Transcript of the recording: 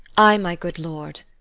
ay, my good lord.